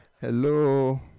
Hello